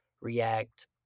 react